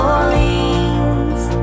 Orleans